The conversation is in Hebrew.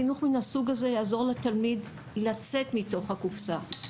חינוך מן הסוג הזה יעזור לתלמיד לצאת מתוך הקופסה,